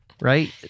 right